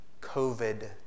COVID